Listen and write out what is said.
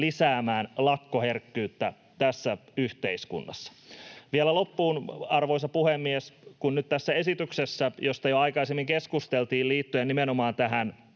lisäämään lakkoherkkyyttä tässä yhteiskunnassa. Vielä loppuun, arvoisa puhemies: Nyt tästä esityksestä jo aikaisemmin keskusteltiin liittyen nimenomaan tähän